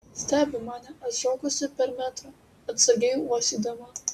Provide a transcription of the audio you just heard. stebi mane atšokusi per metrą atsargiai uostydama